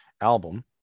album